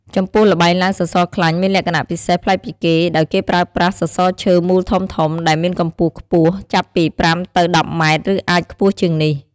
ចំពោះល្បែងឡើងសសរខ្លាញ់មានលក្ខណៈពិសេសប្លែកពីគេ ដោយគេប្រើប្រាស់ សសរឈើមូលធំៗ ដែលមានកម្ពស់ខ្ពស់ ចាប់ពី ៥ ទៅ ១០ ម៉ែត្រ ឬអាចខ្ពស់ជាងនេះ។